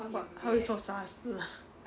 what 他会做傻事啊